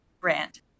brand